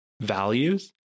values